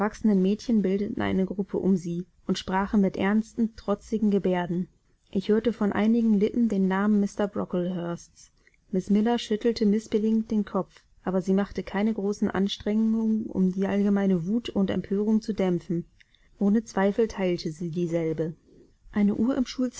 mädchen bildeten eine gruppe um sie und sprachen mit ernsten trotzigen geberden ich hörte von einigen lippen den namen mr brocklehursts miß miller schüttelte mißbilligend den kopf aber sie machte keine großen anstrengungen um die allgemeine wut und empörung zu dämpfen ohne zweifel teilte sie dieselbe eine uhr